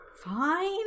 Fine